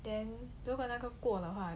then 如果那个过的话